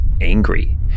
angry